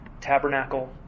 tabernacle